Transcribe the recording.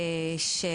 המשפחתונים,